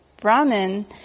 Brahmin